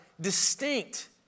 distinct